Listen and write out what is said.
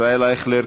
ישראל אייכלר,